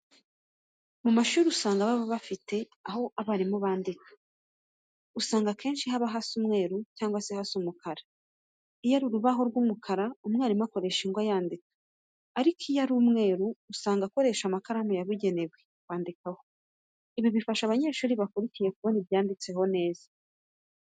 Mu mashuri usanga bafite aho abarimu bandika, usanga akenshi haba hasa umweru cyangwa se umukara, iyo ari urubaho rw'umukara, mwarimu akoresha ingwa yandika, ariko iyo ari umweru usanga akoresha amakaramu yabugenewe kwandikaho. Ibi bifasha abanyeshuri bakurikiye kubona ibyanditseho neza.